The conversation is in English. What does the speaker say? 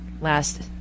last